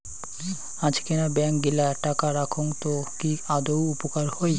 আজকেনা ব্যাঙ্ক গিলা টাকা রাখঙ তো কি আদৌ উপকার হই?